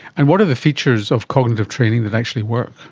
and what are the features of cognitive training that actually work?